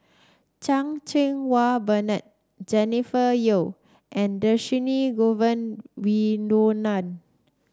Chan Cheng Wah Bernard Jennifer Yeo and Dhershini Govin Winodan